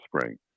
spring